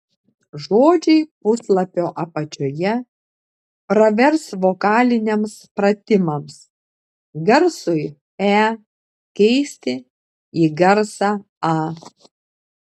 žodžiai puslapio apačioje pravers vokaliniams pratimams garsui e keisti į garsą a